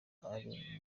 bari